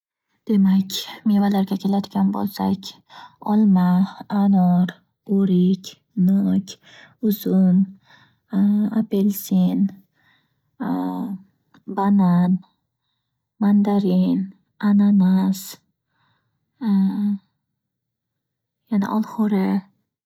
Demak, mevalarga keladigan bo'lsak: olma, anor, o'rik, nok, uzum apelsin, banan, mandarin, ananas yana olxo'ri.